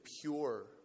pure